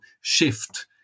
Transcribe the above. shift